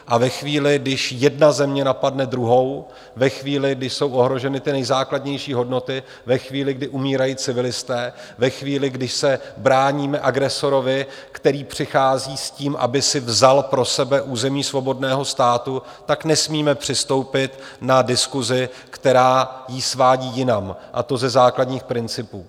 A ve chvíli, když jedna země napadne druhou, ve chvíli, kdy jsou ohroženy ty nejzákladnější hodnoty, ve chvíli, kdy umírají civilisté, ve chvíli, když se bráníme agresorovi, který přichází s tím, aby si vzal pro sebe území svobodného státu, nesmíme přistoupit na diskusi, která jí svádí jinam, a to ze základních principů.